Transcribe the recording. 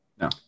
no